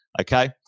okay